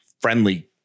friendly